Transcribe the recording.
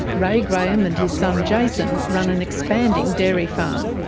ray graham and his son jason run an expanding dairy farm.